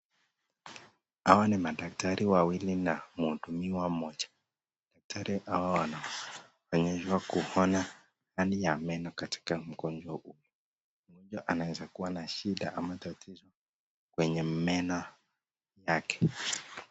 Hawa ni madaktari wawili na mhudumiwa mmoja. Daktari hawa wanaeza kuona ndani ya meno katika mgonjwa huyu. Mgonjwa anaeza kua na shida ama tatizo kwenye meno yake.